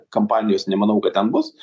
kampanijos nemanau kad ten bus